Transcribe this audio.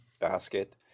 basket